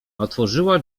otworzyła